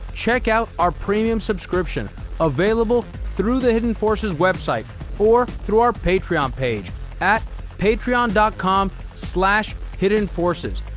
check out our premium subscription available through the hidden forces website or through our patreon page at patreon and com so hiddenforces.